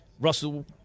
Russell